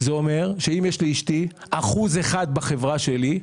זה אומר שאם יש לאשתי אחוז אחד בחברה שלי,